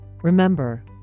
Remember